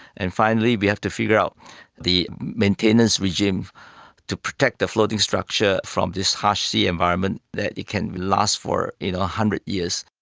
and finally we have to figure out the maintenance regimes to protect the floating structure from this harsh sea environment that it can last for one hundred years.